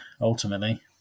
ultimately